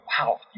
wow